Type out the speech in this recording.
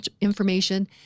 information